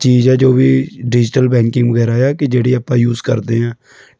ਚੀਜ਼ ਹੈ ਜੋ ਵੀ ਡਿਜ਼ੀਟਲ ਬੈਂਕਿੰਗ ਵਗੈਰਾ ਆ ਕਿ ਜਿਹੜੀ ਆਪਾਂ ਯੂਸ ਕਰਦੇ ਹਾਂ